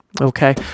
okay